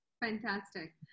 Fantastic